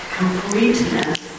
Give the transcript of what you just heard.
completeness